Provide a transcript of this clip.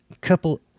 couple